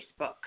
Facebook